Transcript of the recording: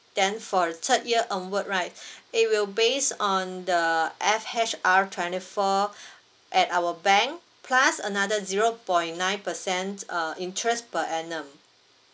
then for the third year onward right it will based on the F_H_R twenty four at our bank plus another zero point nine percent uh interest per annum